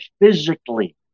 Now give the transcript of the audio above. physically